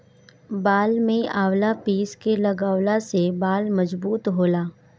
बाल में आवंला पीस के लगवला से बाल मजबूत होला